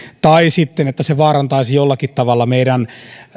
tai joka vaarantaisi jollakin tavalla meidän